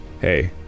hey